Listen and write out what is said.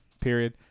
Period